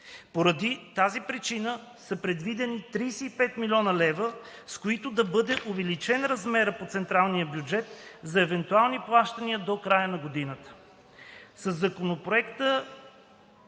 Поради тази причина са предвидени 35 млн. лв., с които да бъде увеличен резервът по централния бюджет за евентуални плащания до края на годината. Със Законопроекта